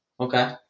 Okay